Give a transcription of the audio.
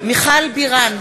מיכל בירן,